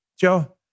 Joe